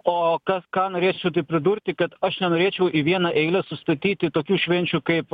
o kas ką norėčiau tik pridurti kad aš nenorėčiau į vieną eilę sustatyti tokių švenčių kaip